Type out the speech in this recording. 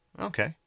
Okay